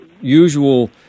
usual